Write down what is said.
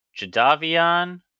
Jadavion